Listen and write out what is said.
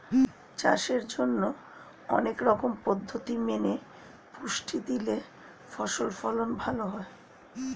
চাষের জন্যে অনেক রকম পদ্ধতি মেনে পুষ্টি দিলে ফসল ফলন ভালো হয়